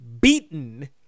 beaten